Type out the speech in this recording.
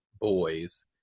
boys